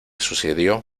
sucedió